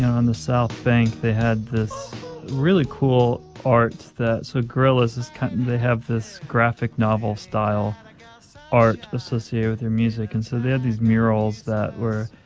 on the south bank they had this really cool art that so gorillaz is kind of and they have this graphic-novel-style art associated with their music. and so they had these murals that were